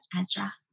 Ezra